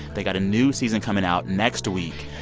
they got a new season coming out next week.